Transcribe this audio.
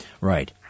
Right